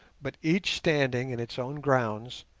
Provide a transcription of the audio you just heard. but each standing in its own grounds,